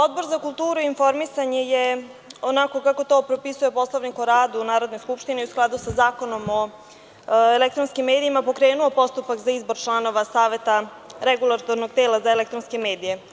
Odbor za kulturu i informisanje je onako kako to propisuje Poslovnik o radu Narodne skupštine i u skladu sa Zakonom o elektronskim medijima pokrenuo postupak za izbor članova Saveta Regulatornog tela za elektronske medije.